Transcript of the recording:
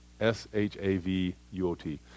S-H-A-V-U-O-T